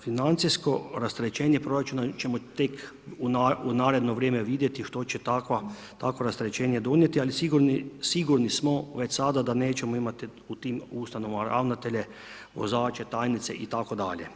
Financijsko rasterećenje proračuna ćemo tek u naredno vrijeme vidjeti, što će takvo rasterećenje donijeti, ali sigurni smo već sada da nećemo imati u tim ustanovama ravnatelje, vozače, tajnice itd.